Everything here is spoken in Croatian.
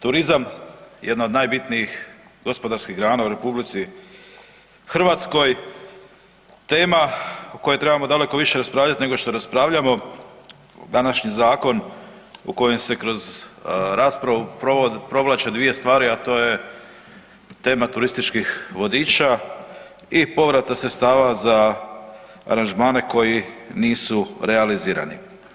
Turizam je jedna od najbitniji gospodarskih grana u RH, tema o kojoj trebamo daleko više raspravljati nego što raspravljamo, današnji zakon u kojem se kroz raspravu provlače dvije stvari a to je tema turističkih vodiča i povrata sredstava za aranžmane koji nisu realizirani.